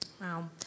Wow